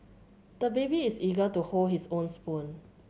the baby is eager to hold his own spoon